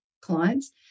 clients